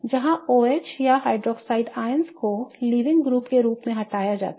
जहाँ OH या OH को लीविंग ग्रुप के रूप में हटाया जाता है